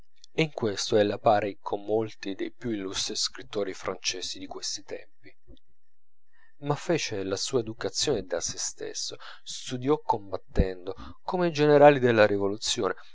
e in questo è alla pari con molti dei più illustri scrittori francesi di questi tempi ma fece la sua educazione da sè stesso studiò combattendo come i generali della rivoluzione